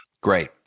great